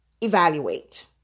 evaluate